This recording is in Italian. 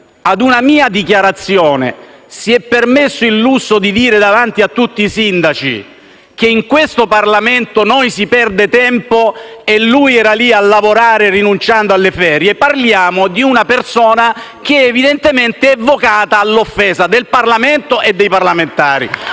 di una mia dichiarazione, si è permesso di dire, davanti a tutti i sindaci, che in questo Parlamento noi perdiamo tempo, mentre lui era lì a lavorare, rinunciando alle ferie. Pertanto, parliamo di una persona che - evidentemente - è vocata all'offesa del Parlamento e dei parlamentari.